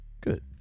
Good